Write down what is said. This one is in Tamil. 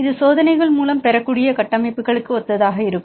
இது சோதனைகள் மூலம் பெறக்கூடிய கட்டமைப்புகளுக்கு ஒத்ததாக இருக்கும்